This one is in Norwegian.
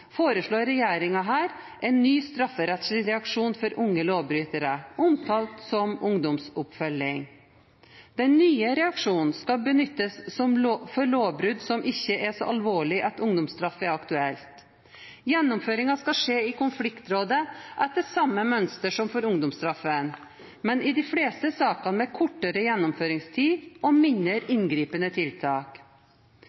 foreslår regjeringen en ny strafferettslig reaksjon for unge lovbrytere, omtalt som ungdomsoppfølging. Den nye reaksjonen skal benyttes for lovbrudd som ikke er så alvorlige at ungdomsstraff er aktuelt. Gjennomføringen skal skje i konfliktrådet etter samme mønster som for ungdomsstraffen, men i de fleste sakene med kortere gjennomføringstid og mindre inngripende tiltak. Lovbryter skal bl.a. delta i